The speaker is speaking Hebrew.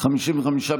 הסתייגות 35 לא נתקבלה.